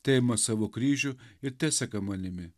teima savo kryžių ir teseka manimi